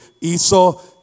Esau